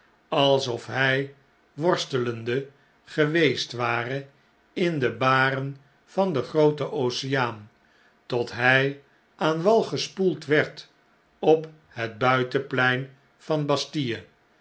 alsof hij worstelende geweest ware in de baren van den grooten oceaan tot hij aan wal gespoeld werd op het buitenplein van bastille